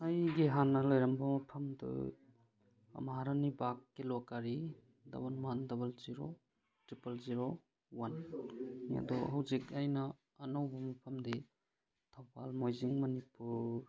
ꯑꯩꯒꯤ ꯍꯥꯟꯅ ꯂꯩꯔꯝꯕ ꯃꯐꯝꯗꯨ ꯃꯍꯥꯔꯥꯅꯤ ꯚꯥꯛ ꯀꯤꯂꯣꯀꯥꯔꯤ double one double zero triple zero ꯋꯥꯟꯅꯤ ꯑꯗꯣ ꯍꯧꯖꯤꯛ ꯑꯩꯅ ꯑꯅꯧꯕ ꯃꯐꯝꯗꯒꯤ ꯊꯧꯕꯥꯜ ꯃꯣꯏꯖꯤꯡ ꯃꯅꯤꯄꯨꯔ